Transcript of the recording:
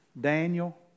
Daniel